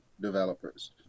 developers